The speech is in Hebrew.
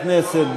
חברי הכנסת,